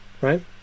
Right